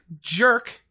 jerk